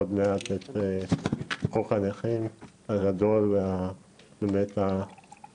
עוד מעט את חוק הנכים הגדול ובאמת עם